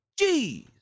Jeez